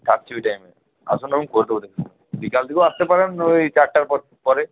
থাকছি ওই টাইমে আসুন আমি করে দেবো দেখে শুনে বিকাল দিকেও আসতে পারেন ওই চারটার পর পরে